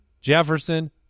Jefferson